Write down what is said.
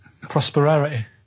Prosperity